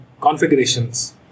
configurations